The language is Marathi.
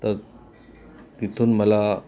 तर तिथून मला